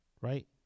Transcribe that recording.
Right